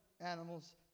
animals